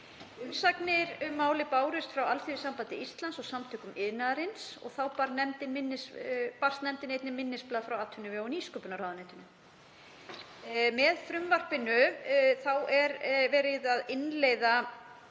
Umsagnir um málið bárust frá Alþýðusambandi Íslands og Samtökum iðnaðarins. Þá barst nefndinni einnig minnisblað frá atvinnuvega- og nýsköpunarráðuneytinu. Með frumvarpinu er verið að innleiða